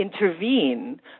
intervene